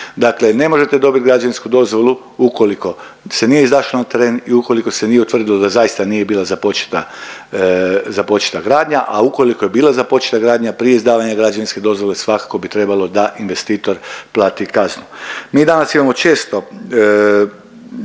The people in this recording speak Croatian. Dakle, ne možete dobit građevinsku dozvolu ukoliko se nije izašlo na teren i ukoliko se nije utvrdilo da zaista nije bila započeta, započeta gradnja, a ukoliko je bila započeta gradnja prije izdavanja građevinske dozvole svakako bi trebalo da investitor plati kaznu. Mi danas imamo često